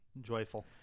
Joyful